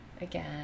Again